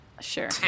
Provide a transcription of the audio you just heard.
Sure